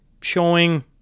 showing